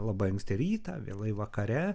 labai anksti rytą vėlai vakare